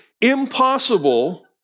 impossible